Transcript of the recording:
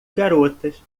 garotas